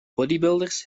bodybuilders